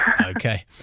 Okay